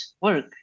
work